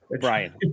Brian